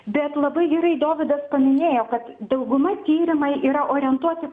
bet labai gerai dovydas paminėjo kad dauguma tyrimai yra orientuoti